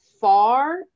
far